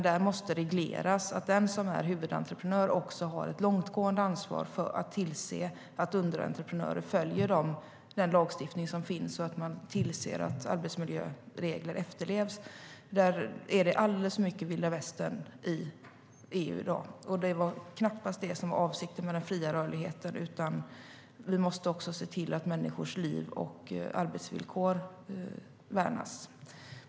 Det måste regleras att den som är huvudentreprenör också har ett långtgående ansvar för att tillse att underentreprenörer följer den lagstiftning som finns och att man tillser att arbetsmiljöregler efterlevs. Det är alldeles för mycket Vilda västern i EU i dag. Det var knappast det som var avsikten med den fria rörligheten. Vi måste se till att människors liv och arbetsvillkor värnas.